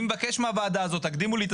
אני מבקש מהוועדה הזאת תקדימו לי את